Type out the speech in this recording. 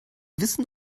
wissen